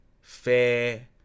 fair